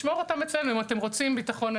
לשמור אותם אצלנו אם אתם רוצים ביטחון אנרגטי.